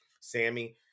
sammy